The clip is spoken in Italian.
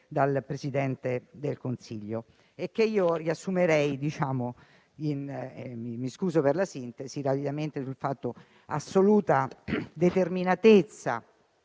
dal Presidente del Consiglio che io riassumerei - mi scuso per la sintesi - nell'assoluta determinatezza